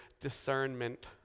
discernment